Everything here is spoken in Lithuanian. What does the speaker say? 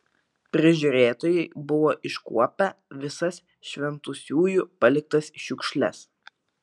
prižiūrėtojai buvo iškuopę visas šventusiųjų paliktas šiukšles